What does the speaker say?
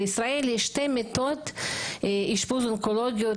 בישראל יש שתי מיטות אשפוז אונקולוגי,